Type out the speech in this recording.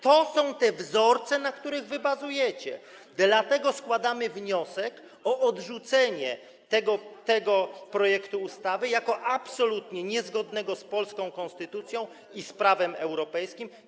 To są te wzorce, na których wy bazujecie, dlatego składamy wniosek o odrzucenie tego projektu ustawy jako absolutnie niezgodnego z polską konstytucją i z prawem europejskim.